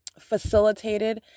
facilitated